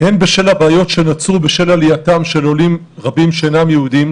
הן בשל הבעיות שנוצרו בשל עלייתם של עולים רבים שאינם יהודים,